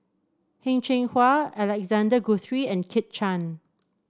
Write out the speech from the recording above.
Heng Cheng Hwa Alexander Guthrie and Kit Chan